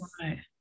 right